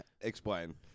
explain